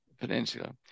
Peninsula